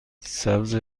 سبز